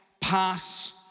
pass